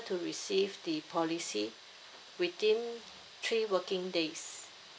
to receive the policy within three working days